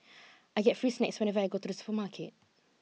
I get free snacks whenever I go to the supermarket